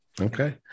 Okay